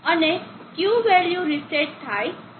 અને Q value reset થાય છે